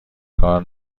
کار